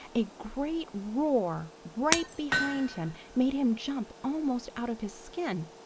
a great roar right behind him made him jump almost out of his skin.